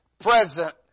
present